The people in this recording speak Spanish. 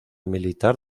militar